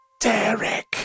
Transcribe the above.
Derek